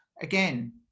again